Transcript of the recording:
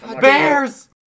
Bears